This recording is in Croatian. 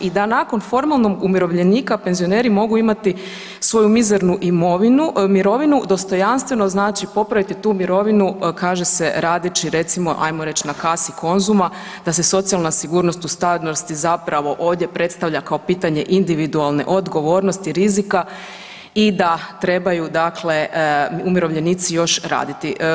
I da nakon formalnog umirovljenika penzioneri mogu imati svoj mizernu imovinu, mirovinu dostojanstveno znači popraviti tu mirovinu kaže se radeći recimo ajmo reći na kasi Konzuma da se socijalna sigurnost u starosti zapravo ovdje predstavlja kao pitanje individualne odgovornosti, rizika i da trebaju dakle umirovljenici još raditi.